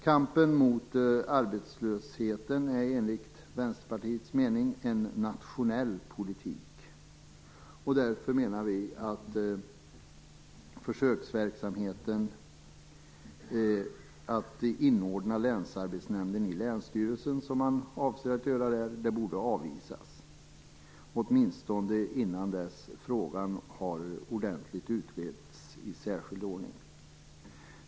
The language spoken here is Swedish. Kampen mot arbetslösheten handlar enligt Vänsterpartiets mening om nationell politik. Vi menar därför att försöksverksamheten med att inordna länsarbetsnämnden i länsstyrelsen, som man avser att göra på Gotland, borde avvisas, åtminstone fram till dess att frågan har utretts ordentligt i särskild ordning.